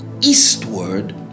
eastward